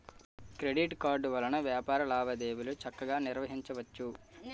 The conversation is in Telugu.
క్రెడిట్ కార్డు వలన వ్యాపార లావాదేవీలు చక్కగా నిర్వహించవచ్చు